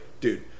dude